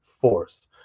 force